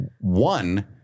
One